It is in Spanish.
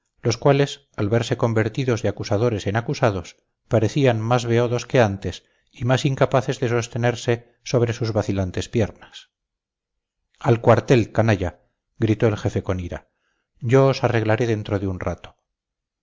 los cuales al verse convertidos de acusadores en acusados parecían más beodos que antes y más incapaces de sostenerse sobre sus vacilantes piernas al cuartel canalla gritó el jefe con ira yo os arreglaré dentro de un rato